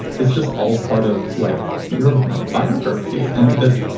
it's just all part of like your biography and the.